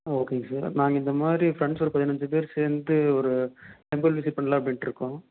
ஓகேங்க சார் நாங்கள் இந்த மாதிரி ஃப்ரெண்ட்ஸ் சர்க்கிள் பதினஞ்சு பேர் சேர்ந்து ஒரு டெம்பல் விசிட் பண்ணலாம் அப்படின்ருக்கோம்